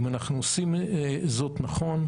ואם אנחנו עושים זאת נכון,